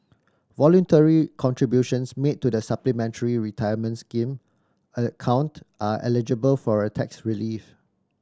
voluntary contributions made to the Supplementary Retirement Scheme account are eligible for a tax relief